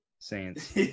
Saints